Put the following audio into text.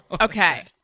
Okay